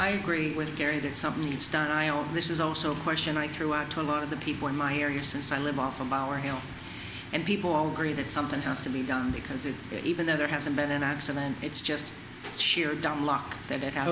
i agree with gary that something needs done imo this is also a question i threw out to a lot of the people in my area since i live off of our hill and people all grieve that something has to be done because it even though there hasn't been an accident it's just sheer dumb luck that i